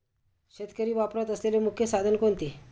शेतकरी वापरत असलेले मुख्य साधन कोणते?